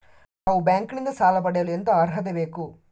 ನಾವು ಬ್ಯಾಂಕ್ ನಿಂದ ಸಾಲ ಪಡೆಯಲು ಎಂತ ಅರ್ಹತೆ ಬೇಕು?